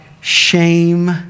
shame